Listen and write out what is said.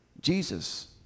Jesus